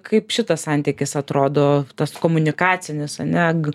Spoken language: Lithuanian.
kaip šitas santykis atrodo tas komunikacinis ane g